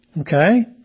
Okay